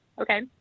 Okay